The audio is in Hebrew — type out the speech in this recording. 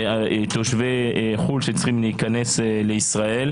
אלא תושבי חו"ל שצריכים להיכנס לישראל.